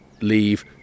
leave